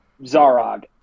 Zarog